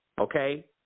Okay